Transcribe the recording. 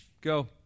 Go